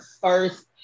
first